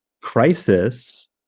crisis